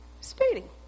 speeding